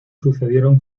sucedieron